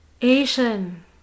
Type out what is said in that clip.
asian